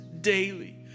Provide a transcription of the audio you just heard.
daily